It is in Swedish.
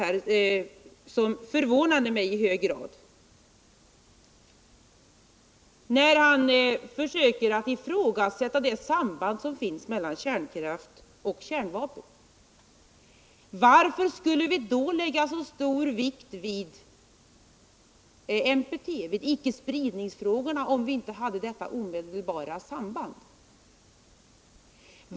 Något som förvånade mig i hög grad i Sture Ericsons anförande var att han försökte ifrågasätta det samband som finns mellan kärnkraft och kärnvapen. Varför skulle vi då lägga så stor vikt vid NPT, dvs. vid spridningsfrågorna, om icke detta omedelbara samband förelåg?